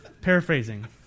Paraphrasing